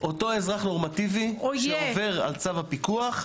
אותו אזרח נורמטיבי שעובר על צו הפיקוח,